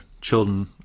children